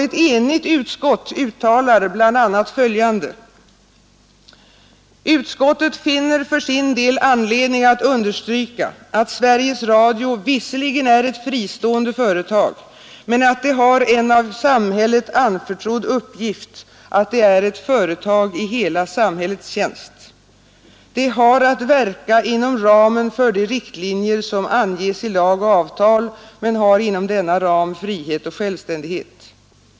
Ett enigt utskott uttalar bl.a. följande: ”Utskottet finner för sin del anledning att understryka att Sveriges Radio visserligen är ett fristående företag men att det har en av samhället anförtrodd uppgift, att det är ett företag i hela samhällets tjänst. Det har att verka inom ramen för de riktlinjer som anges i lag och avtal men har inom denna ram frihet och självständighet.